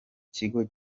kigo